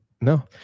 No